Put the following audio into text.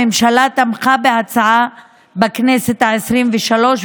הממשלה תמכה בהצעה בכנסת העשרים-ושלוש,